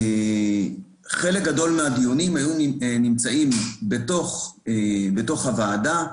חלק גדול מהדיונים היו בתוך הוועדה,